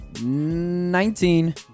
nineteen